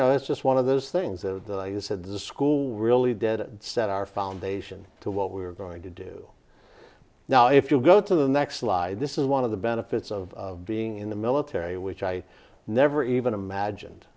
know it's just one of those things of the like you said the school really did set our foundation to what we were going to do now if you go to the next slide this is one of the benefits of being in the military which i never even imagined